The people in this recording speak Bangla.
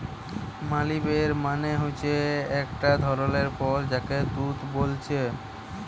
মালবেরি মানে হচ্ছে একটা ধরণের ফল যাকে তুত বোলছে